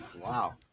Wow